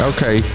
Okay